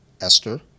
Esther